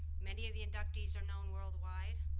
many of the inductees are known worldwide.